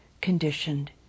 conditioned